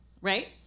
right